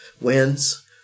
wins